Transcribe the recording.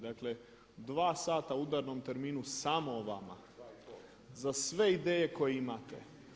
Dakle, dva sata u udarnom terminu samo o vama za sve ideje koje imate.